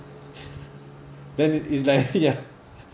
then is like ya